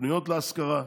שפנויות להשכרה.